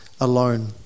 alone